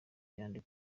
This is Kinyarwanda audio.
ayandi